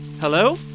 Hello